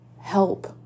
help